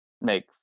make